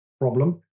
problem